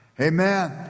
amen